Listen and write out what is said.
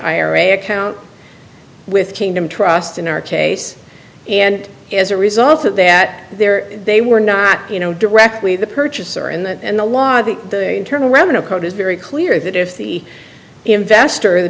ira account with kingdom trust in our case and as a result of that there they were not you know directly the purchaser and the law that the internal revenue code is very clear that if the investor the